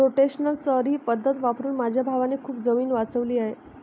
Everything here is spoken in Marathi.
रोटेशनल चर ही पद्धत वापरून माझ्या भावाने खूप जमीन वाचवली आहे